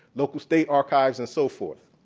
local state archives and so forth.